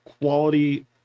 quality